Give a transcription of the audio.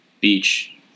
beach